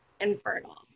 infertile